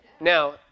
Now